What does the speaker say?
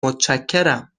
متشکرم